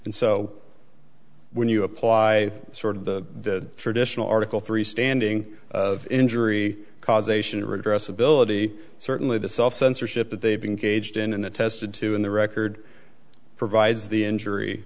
and so when you apply sort of the traditional article three standing of injury causation redress ability certainly the self censorship that they've been gauged in and the tested to in the record provides the injury